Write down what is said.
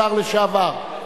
השר לשעבר.